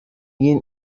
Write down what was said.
گین